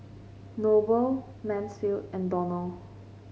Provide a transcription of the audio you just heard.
Noble Mansfield and Donnell